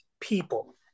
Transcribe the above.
people